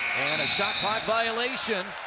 and a shot clock violation.